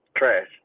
Trash